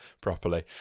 properly